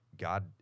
God